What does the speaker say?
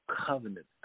covenant